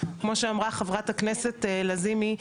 כמו שאמרה חברת הכנסת לזימי,